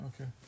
okay